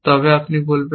তবে আপনি বলবেন